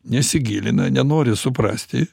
nesigilina nenori suprasti